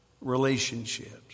relationships